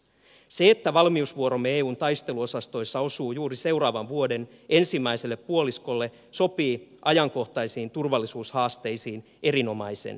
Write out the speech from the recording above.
se että valmiusvuoromme eun taisteluosastoissa osuu juuri seuraavan vuoden ensimmäiselle puoliskolle sopii ajankohtaisiin turvallisuushaasteisiin erinomaisen hyvin